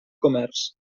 comerç